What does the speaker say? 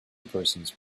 persons